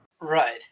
right